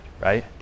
right